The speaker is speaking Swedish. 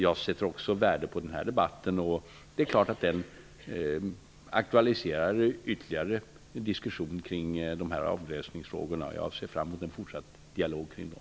Jag sätter också värde på den här debatten. Det är klart att den ytterligare aktualiserar en diskussion kring dessa avgränsningsfrågor. Jag ser fram emot en fortsatt dialog kring dem.